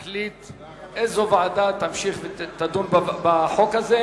איזו ועדה תמשיך לדון בחוק הזה.